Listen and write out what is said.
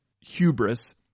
hubris